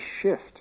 shift